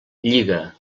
lliga